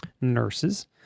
nurses